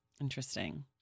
Interesting